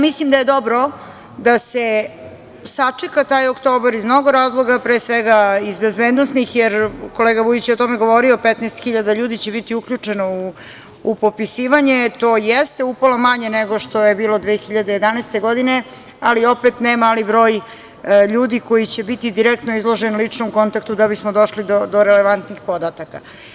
Mislim da je dobro da se sačeka taj oktobar iz mnogo razloga, pre svega iz bezbednosnih, jer kolega Vujić je o tome govorio, 15 hiljada ljudi će biti uključeno u popisivanje tj. upola manje nego što je bilo 2011. godine, ali opet ne mali broj ljudi koji će biti direktno izloženi ličnom kontaktu da bismo došli do relevantnih podataka.